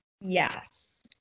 Yes